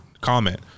comment